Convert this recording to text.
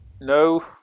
No